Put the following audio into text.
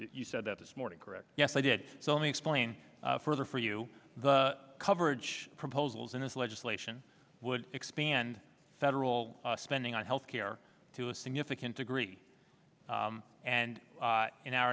you said that this morning correct yes i did so let me explain further for you the coverage proposals in this legislation would expand federal spending on health care to a significant degree and in our